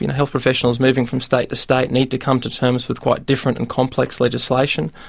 you know health professionals moving from state to state need to come to terms with quite different and complex legislation,